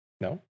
No